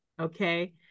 okay